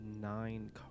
nine